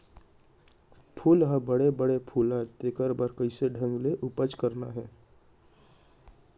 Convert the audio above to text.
फूल ह बड़े बड़े फुलय तेकर बर कइसे ढंग ले उपज करना हे